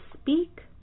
speak